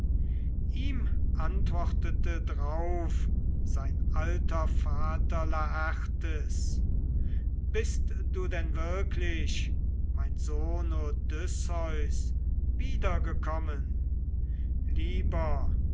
ihm antwortete drauf sein alter vater laertes bist du denn wirklich mein sohn odysseus wiedergekommen lieber